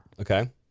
Okay